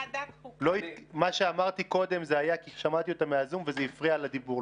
מה שאמרתי קודם זה היה כי שמעתי אותה מהזום וזה הפריע לדיבור.